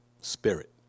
spirit